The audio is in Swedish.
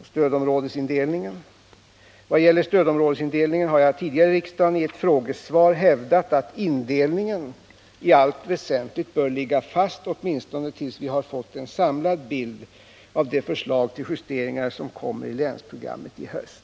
och stödområdesindelningen. Vad gäller den senare har jag tidigare i riksdagen i ett frågesvar hävdat att indelningen i allt väsentligt bör ligga fast, åtminstone tills vi har fått en samlad bild av det förslag till justeringar som kommer i länsprogrammet i höst.